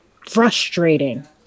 frustrating